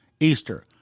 Easter